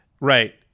Right